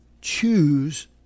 choose